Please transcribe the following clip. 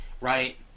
right